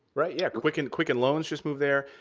right, yeah. quicken quicken loans just moved there.